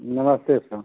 नमस्ते सर